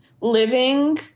living